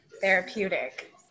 Therapeutic